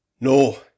no